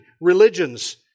religions